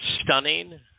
stunning